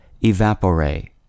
evaporate